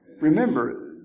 remember